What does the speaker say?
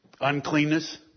Uncleanness